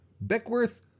Beckworth